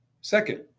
Second